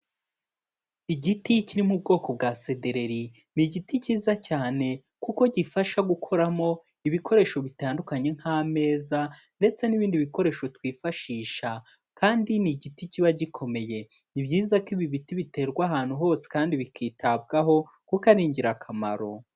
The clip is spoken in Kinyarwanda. Igiti kiri mu bwoko bwa sedereri, ni igiti cyiza cyane kuko gifasha gukoramo ibikoresho bitandukanye nk'ameza ndetse n'ibindi bikoresho twifashisha kandi ni igiti kiba gikomeye, ni byiza ko ibi biti biterwa ahantu hose kandi bikitabwaho kuko ari ingirakamaro.